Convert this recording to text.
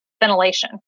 ventilation